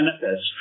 benefits